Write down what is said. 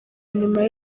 nyuma